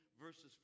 verses